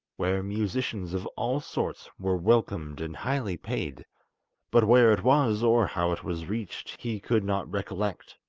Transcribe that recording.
where musicians of all sorts were welcomed and highly paid but where it was, or how it was reached, he could not recollect,